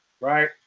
right